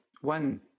one